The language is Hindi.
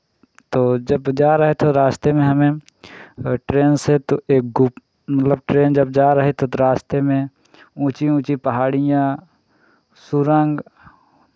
तो जब जा रहे थे तो रास्ते में हमें ट्रेन से तो एक गुप मतलब ट्रेन जब जा रही थी तो रास्ते में ऊँची ऊँची पहाड़ियाँ सुरंग